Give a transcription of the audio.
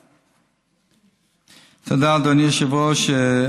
תודה, אדוני היושב-ראש.